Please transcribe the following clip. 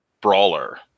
brawler